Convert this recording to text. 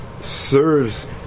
serves